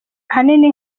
ahanini